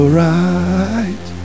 right